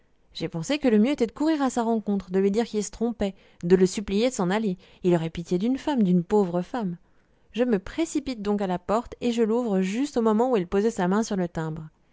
j'ai pensé que le mieux était de courir à sa rencontre de lui dire qu'il se trompait de le supplier de s'en aller il aurait pitié d'une femme d'une pauvre femme je me précipite donc à la porte et je l'ouvre juste au moment où il posait la main sur le timbre